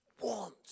want